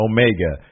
Omega